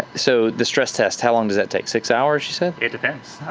so the stress test, how long does that take? six hours, you said? it depends.